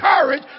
courage